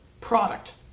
product